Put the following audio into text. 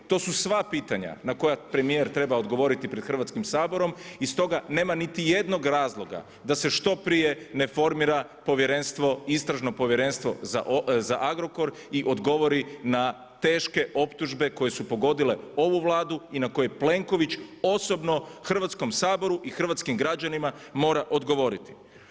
To su sva pitanja na koje premijer treba odgovoriti pred Hrvatskim saborom i stoga nema niti jednog razloga da se što prije ne formira povjerenstvo, istražno povjerenstvo za Agrokor i odgovori na teške optužbe koje su pogodile ovu Vladu i na koje Plenković osobno Hrvatskom saboru i hrvatskim građanima mora odgovoriti.